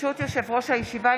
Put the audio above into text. ברשות יושב-ראש הישיבה,